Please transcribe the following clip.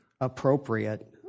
appropriate